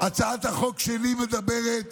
הצעת החוק שלי מדברת